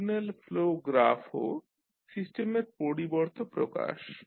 signal flow গ্রাফও সিস্টেমের পরিবর্ত প্রকাশ